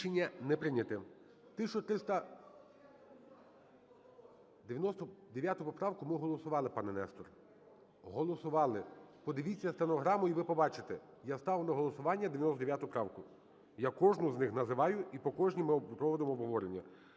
За-2 Рішення не прийнято. 13… 99 поправку ми голосували, пане Нестор. Голосували. Подивіться стенограму, і ви побачите, я ставив на голосування 99 правку. Я кожну з них називаю і по кожній ми проводимо обговорення.